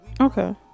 Okay